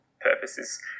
purposes